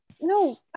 no